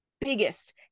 biggest